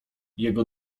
jego